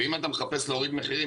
ואם אתה מחפש להוריד מחירים,